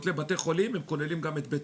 לכותלי בתי החולים כוללים גם בתי